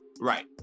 Right